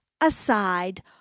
aside